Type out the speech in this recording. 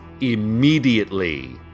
immediately